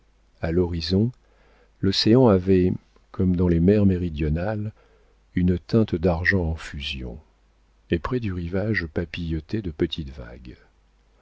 a l'horizon l'océan avait comme dans les mers méridionales une teinte d'argent en fusion et près du rivage papillotaient de petites vagues